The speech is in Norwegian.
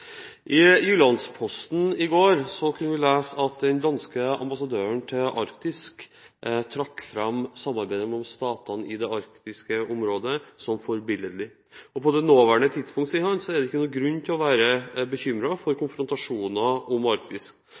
i dag, vårt viktigste strategiske satsingsområde utenrikspolitisk. I Jyllands-Posten i går kunne vi lese at Danmarks arktiske ambassadør trakk fram samarbeidet mellom statene i det arktiske området som forbilledlig. På det nåværende tidspunkt, sier han, er det ingen grunn til å være bekymret for konfrontasjoner om Arktis.